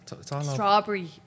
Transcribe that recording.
Strawberry